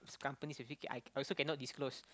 this companies with it I also cannot disclose